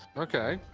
ok.